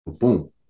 boom